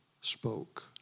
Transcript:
spoke